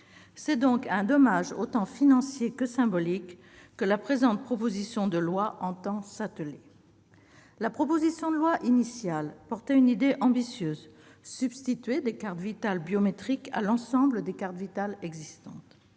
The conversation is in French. C'est donc à un dommage aussi financier que symbolique que le présent texte entend s'attaquer. La proposition de loi initiale défendait une idée ambitieuse : substituer des cartes Vitale biométriques à l'ensemble des cartes Vitale existantes.